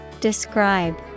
Describe